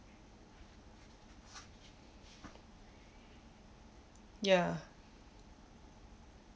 ya